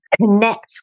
connect